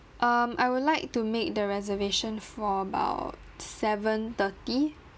um I would like to make the reservation for about seven thirty